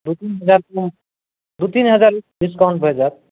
दू तीन हजार कम दू तीन हजार डिस्काउंट भऽ जायत